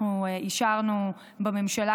אנחנו אישרנו בממשלה,